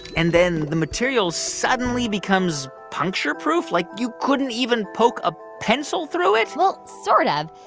and then the material suddenly becomes puncture-proof? like, you couldn't even poke a pencil through it? well, sort of.